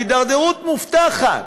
ההידרדרות מובטחת.